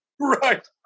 Right